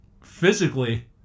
physically